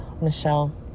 Michelle